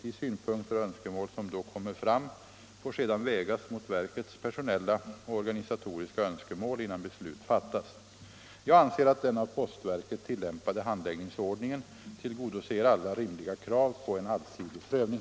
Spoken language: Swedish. De synpunkter och önskemål som då kommer fram får sedan vägas mot verkets personella och organisatoriska önskemål, innan beslut fattas. Jag anser att den av postverket tillämpade handläggningsordningen tillgodoser alla rimliga krav på en allsidig prövning.